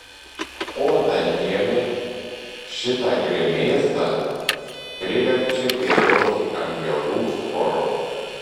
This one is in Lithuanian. o danielė šitą gremėzdą priverčia giedoti angelų choru